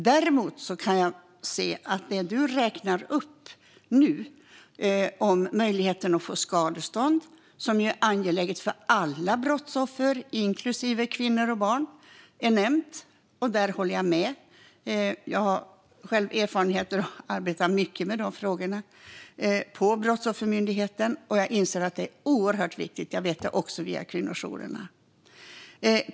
Däremot kan jag se att möjligheten att få skadestånd nämns bland det som du nu räknar upp. Det är angeläget för alla brottsoffer inklusive kvinnor och barn. Där håller jag med. Jag har själv erfarenhet av att arbeta mycket med de frågorna på Brottsoffermyndigheten och anser att det är oerhört viktigt. Jag vet det också via kvinnojourerna.